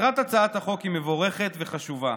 מטרת הצעת החוק היא מבורכת וחשובה,